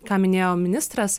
ką minėjo ministras